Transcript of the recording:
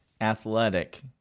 athletic